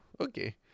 Okay